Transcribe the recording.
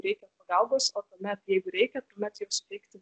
reikia pagalbos o tuomet jeigu reikia tuomet jau suteikti